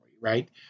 right